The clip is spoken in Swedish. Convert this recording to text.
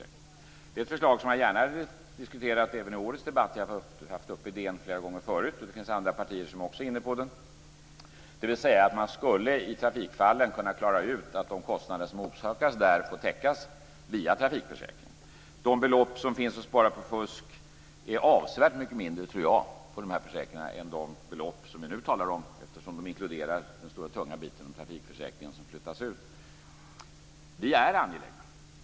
Det är ett förslag som jag gärna hade diskuterat även i årets debatt. Vi har haft idén uppe flera gånger förut, och det finns andra partier som också är inne på den. Man skulle alltså i trafikfallet kunna klara ut att de kostnader som orsakas där får täckas via trafikförsäkringen. De belopp som finns att spara på minskat fusk inom de här försäkringarna är avsevärt mindre, tror jag, än de belopp som vi nu talar om, eftersom de inkluderar den stora, tunga biten om trafikförsäkringen, som flyttas ut.